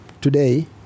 today